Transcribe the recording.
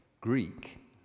Greek